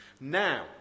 Now